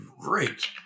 great